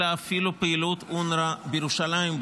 אלא אפילו פעילות אונר"א בירושלים,